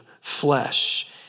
flesh